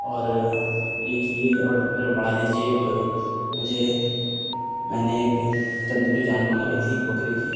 اور ایک یہ آڈر میرا بڑھا دیجیے اور مجھے میں نے ایک تندوری ران منگائی تھی بکرے کی